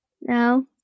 No